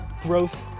growth